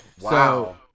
Wow